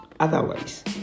Otherwise